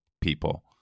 People